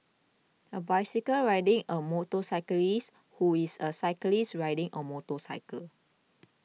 a bicycle riding a motorcyclist who is a cyclist riding a motorcycle